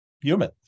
human